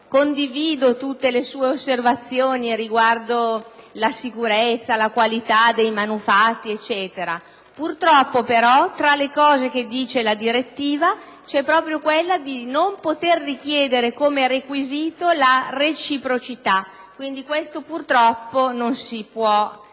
Condivido tutte le sue osservazioni riguardo la sicurezza, la qualità dei manufatti e così via: purtroppo, però, tra gli aspetti che prevede la direttiva c'è proprio quello di non poter richiedere come requisito la reciprocità; quindi, questo purtroppo non si può fare.